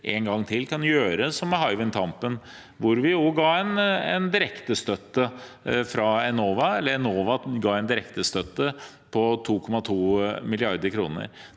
en gang til kan gjøres som med Hywind Tampen, hvor vi ga en direktestøtte fra Enova – Enova ga en direktestøtte på 2,2 mrd. kr.